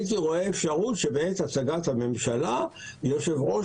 הייתי רואה אפשרות שבעת הצגת הממשלה יושב ראש